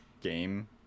game